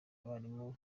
abarimu